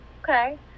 Okay